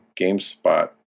Gamespot